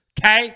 Okay